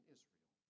Israel